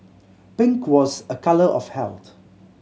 pink was a colour of health